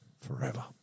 forever